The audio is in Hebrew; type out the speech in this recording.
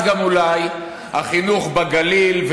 אז גם אולי החינוך בגליל,